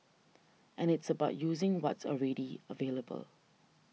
and it's about using what's already available